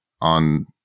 on